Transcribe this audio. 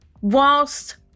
whilst